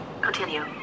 Continue